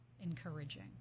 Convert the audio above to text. encouraging